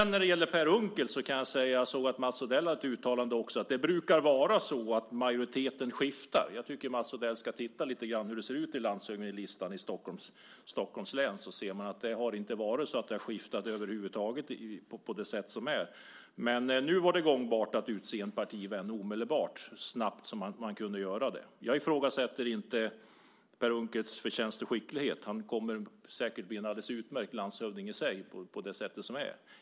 När det gäller Per Unckel har Mats Odell ett uttalande om att det brukar vara så att majoriteten skiftar. Jag tycker att Mats Odell ska titta på hur det ser ut i landshövdingelistan i Stockholm län. Där ser man att det inte har skiftat över huvud taget. Nu var det gångbart att omedelbart utse en partivän. Jag ifrågasätter inte Per Unckels förtjänst och skicklighet. Han kommer säkert att bli en alldeles utmärkt landshövding.